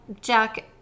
Jack